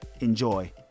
Enjoy